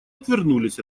отвернулись